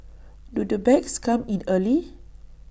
do the bags come in early